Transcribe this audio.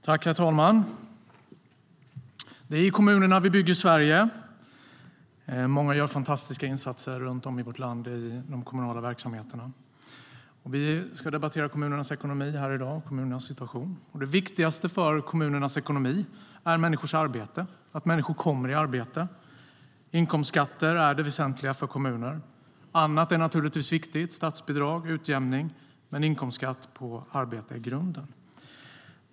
Herr talman! Det är i kommunerna som vi bygger Sverige. Många gör fantastiska insatser i de kommunala verksamheterna runt om i vårt land. Vi ska debattera kommunernas ekonomi och situation här i dag. Det viktigaste för kommunernas ekonomi är människors arbete, att människor kommer i arbete. Inkomstskatter är väsentliga för kommuner. Annat är naturligtvis viktigt, såsom statsbidrag och utjämning, men inkomstskatt på arbete är grunden.